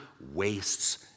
wastes